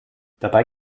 dabei